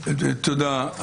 תודה.